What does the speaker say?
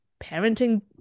parenting